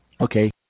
Okay